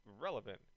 relevant